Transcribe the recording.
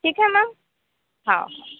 ठीक है मॅम हां